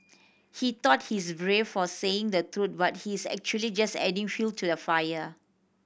he thought he's brave for saying the truth but he's actually just adding fuel to the fire